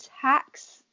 tax